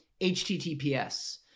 HTTPS